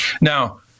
Now